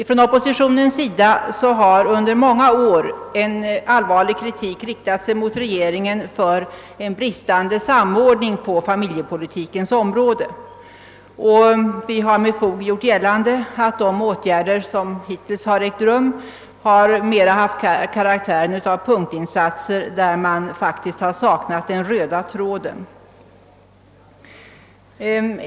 Från oppositionssidan har under många år en allvarlig kritik riktats mot regeringen för bristande samordning på familjepolitikens område, och vi har med fog gjort gällande att de åtgärder som hittills vidtagits mera haft karaktären av punktinsatser där den röda tråden saknats.